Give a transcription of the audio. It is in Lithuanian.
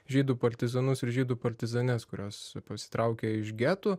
žydų partizanus ir žydų partizanes kurios pasitraukė iš getų